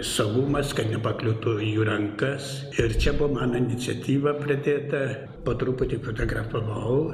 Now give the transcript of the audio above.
saugumas kad nepakliūtų į jų rankas ir čia buvo mano iniciatyva pradėta po truputį fotografavau